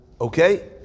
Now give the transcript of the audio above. okay